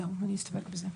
זהו, אסתפק בזה.